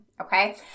Okay